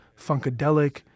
Funkadelic